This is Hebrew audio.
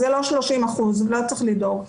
זה לא 30%. לא צריך לדאוג.